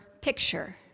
picture